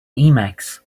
emacs